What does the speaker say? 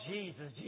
Jesus